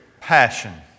passion